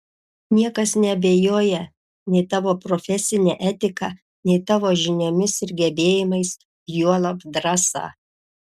niekas neabejoja nei tavo profesine etika nei tavo žiniomis ir gebėjimais juolab drąsa